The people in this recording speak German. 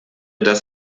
das